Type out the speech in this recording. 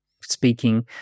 speaking